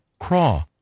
Craw